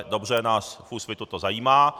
Dobře, nás v Úsvitu to zajímá.